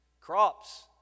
Crops